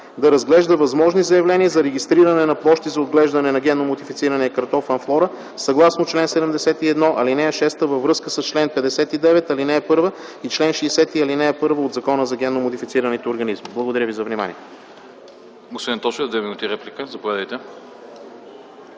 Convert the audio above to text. да разглежда възможни заявления за регистриране на площи за отглеждане на генно модифицирания картоф „Амфлора”, съгласно чл. 71, ал. 6 във връзка с чл. 59, ал. 1 и чл. 60, ал. 1 от Закона за генно модифицираните организми. Благодаря ви за вниманието.